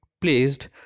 placed